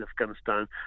Afghanistan